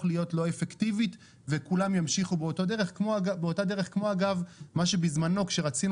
להיות לא אפקטיבית וכולם ימשיכו באותה דרך כמו אגב מה שבזמנו כשרצינו